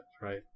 right